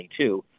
2022